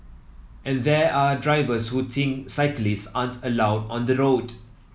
and there are drivers who think cyclists aren't allowed on the road